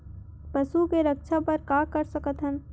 पशु के रक्षा बर का कर सकत हन?